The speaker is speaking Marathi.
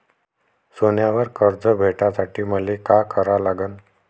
सोन्यावर कर्ज भेटासाठी मले का करा लागन?